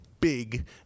big